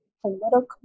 political